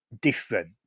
different